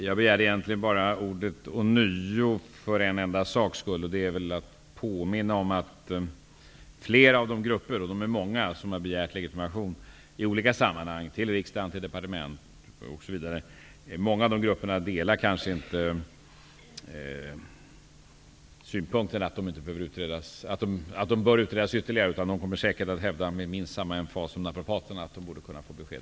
Jag begärde ordet ånyo egentligen för en enda sak, nämligen för att jag vill påminna om att flera av de många grupper som bl.a. hos riksdag och departement har begärt att få legitimation delar kanske inte synpunkten att de ytterligare bör utredas. De kommer säkert med minst samma emfas som naprapaterna att hävda att de borde kunna få besked.